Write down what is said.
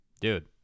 Dude